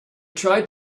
tried